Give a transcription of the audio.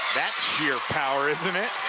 that's sheer power, isn't it?